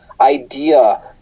idea